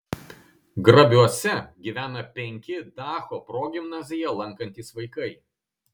grabiuose gyvena penki dacho progimnaziją lankantys vaikai